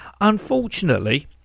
Unfortunately